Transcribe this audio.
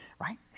right